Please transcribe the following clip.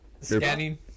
scanning